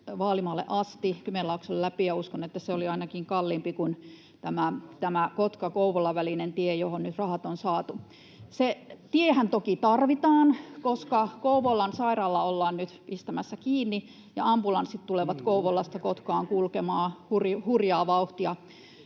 Vaalimaalle asti Kymenlaakson läpi, ja uskon, että se oli ainakin kalliimpi kuin tämä Kotkan ja Kouvolan välinen tie, johon nyt rahat on saatu. Se tiehän toki tarvitaan, koska Kouvolan sairaalaa ollaan nyt pistämässä kiinni ja ambulanssit tulevat Kouvolasta Kotkaan kulkemaan hurjaa vauhtia,